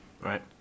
right